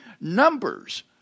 Numbers